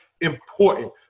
important